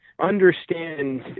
understand